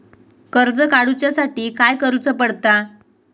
कर्ज काडूच्या साठी काय करुचा पडता?